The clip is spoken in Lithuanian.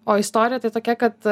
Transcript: o istorija tai tokia kad